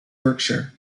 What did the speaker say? yorkshire